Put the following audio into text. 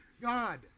God